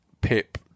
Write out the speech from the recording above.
Pip